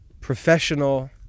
professional